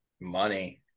Money